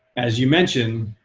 as you mentioned,